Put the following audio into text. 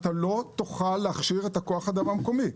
אתה לא תוכל להכשיר את כוח האדם המקומי.